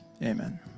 Amen